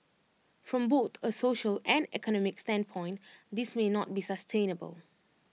from both A social and economic standpoint this may not be sustainable